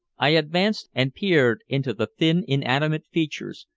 i advanced and peered into the thin inanimate features,